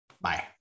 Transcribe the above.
Bye